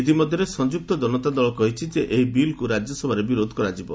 ଇତିମଧ୍ୟରେ ସଂଯୁକ୍ତ ଜନତାଦଳ କହିଛି ଯେ ଏହି ବିଲ୍କୁ ରାଜ୍ୟସଭାରେ ବିରୋଧ କରାଯିବ